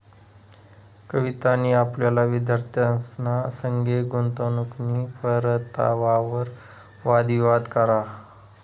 कवितानी आपला विद्यार्थ्यंसना संगे गुंतवणूकनी परतावावर वाद विवाद करा